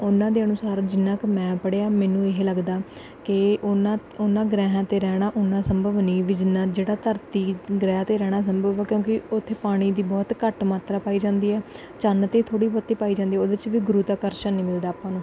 ਉਹਨਾਂ ਦੇ ਅਨੁਸਾਰ ਜਿੰਨਾ ਕੁ ਮੈਂ ਪੜ੍ਹਿਆ ਮੈਨੂੰ ਇਹ ਲੱਗਦਾ ਕਿ ਉਹਨਾਂ ਉਹਨਾਂ ਗ੍ਰਹਿਆਂ 'ਤੇ ਰਹਿਣਾ ਉੱਨਾਂ ਸੰਭਵ ਨਹੀਂ ਵੀ ਜਿੰਨਾ ਜਿਹੜਾ ਧਰਤੀ ਗ੍ਰਹਿ 'ਤੇ ਰਹਿਣਾ ਸੰਭਵ ਕਿਉਂਕਿ ਉੱਥੇ ਪਾਣੀ ਦੀ ਬਹੁਤ ਘੱਟ ਮਾਤਰਾ ਪਾਈ ਜਾਂਦੀ ਹੈ ਚੰਨ 'ਤੇ ਥੋੜ੍ਹੀ ਬਹੁਤੀ ਪਾਈ ਜਾਂਦੀ ਉਹਦੇ 'ਚ ਵੀ ਗੁਰੂਤਾ ਅਕਰਸ਼ਣ ਨਹੀਂ ਮਿਲਦਾ ਆਪਾਂ ਨੂੰ